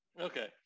Okay